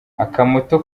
akamoto